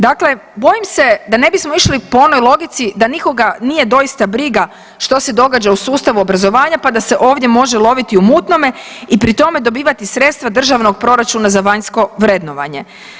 Dakle, bojim se da ne bismo išli po onoj logici da nikoga nije doista briga što se događa u sustavu obrazovanja, pa da se ovdje može loviti u mutnome i pri tome dobivati sredstva državnog proračuna za vanjsko vrednovanje.